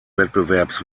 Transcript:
wettbewerbs